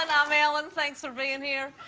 and um ellen. thanks for bein' here.